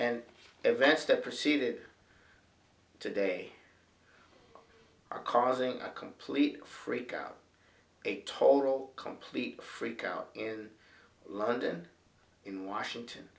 and events that proceeded today are causing a complete freak out a total complete freak out in london in washington